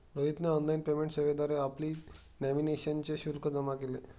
रोहितने online payment सेवेद्वारे आपली नॉमिनेशनचे शुल्क जमा केले